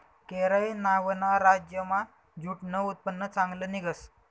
केरय नावना राज्यमा ज्यूटनं उत्पन्न चांगलं निंघस